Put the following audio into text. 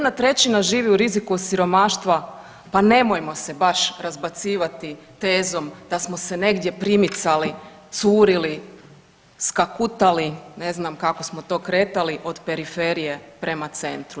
1/3 živi u riziku od siromaštva, pa nemojmo se baš razbacivati tezom da smo se negdje primicali, curili, skakutali, ne znam kako smo to kretali od periferije prema centru.